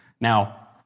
Now